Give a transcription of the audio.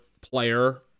player